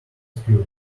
pure